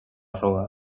rua